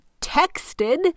texted